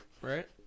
right